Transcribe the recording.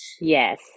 Yes